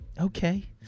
Okay